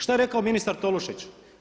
Šta je rekao ministar Tolušić?